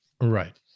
right